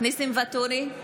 ניסים ואטורי,